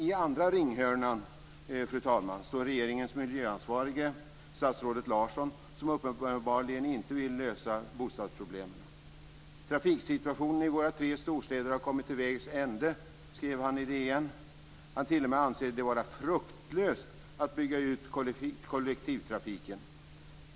I andra ringhörnan, fru talman, står regeringens miljöansvarige, statsrådet Larsson, som uppenbarligen inte vill lösa bostadsproblemen. "Trafiksituationen i våra tre storstäder - har kommit till vägs ände. ", skrev han i DN. Han t.o.m. anser det vara "fruktlöst" att bygga ut kollektivtrafiken.